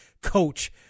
coach